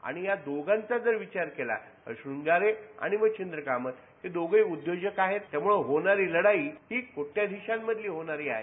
आणि या दोघांचा जर विचार केला तर शृंगारे आणि मच्छींद्र कामत हे दोघं उद्योजक आहेत त्यामुळे होणारी लढाई ही कोट्याधीशांमधली होणार आहे